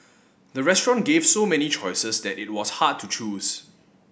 the restaurant gave so many choices that it was hard to choose